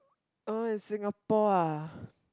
oh in Singapore ah